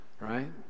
right